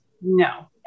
No